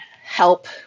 help